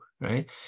right